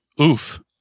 Oof